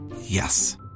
Yes